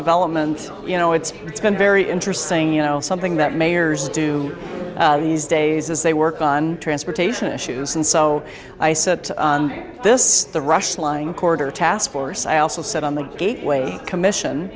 development you know it's it's been very interesting you know something that mayors do these days is they work on transportation issues and so i said this the rush lying corridor taskforce i also said on the gateway commission